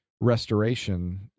restoration